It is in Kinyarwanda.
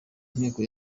ntego